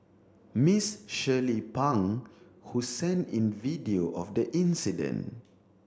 Ms Shirley Pang who sent in video of the incident